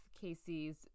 Casey's